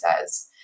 says